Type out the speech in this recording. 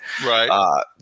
Right